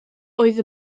oedd